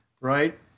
right